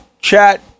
chat